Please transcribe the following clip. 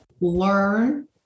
learn